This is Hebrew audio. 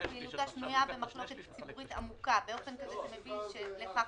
פעילותה שנויות במחלוקת ציבורית עמוקה באופן כזה שמביא לכך